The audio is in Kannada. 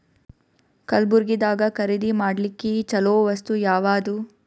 ಕಲಬುರ್ಗಿದಾಗ ಖರೀದಿ ಮಾಡ್ಲಿಕ್ಕಿ ಚಲೋ ವಸ್ತು ಯಾವಾದು?